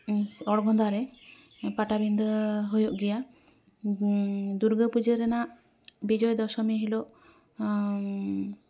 ᱚᱬᱜᱚᱫᱟᱨᱮ ᱯᱟᱴᱟᱵᱤᱫᱷᱟᱹ ᱦᱩᱭᱩᱜ ᱜᱮᱭᱟ ᱫᱩᱨᱜᱟᱹ ᱯᱩᱡᱟᱹ ᱨᱮᱱᱟᱜ ᱵᱤᱡᱚᱭᱟ ᱫᱚᱥᱚᱢᱤ ᱦᱤᱞᱳᱜ